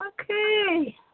Okay